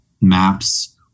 maps